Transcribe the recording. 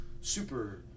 super